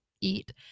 eat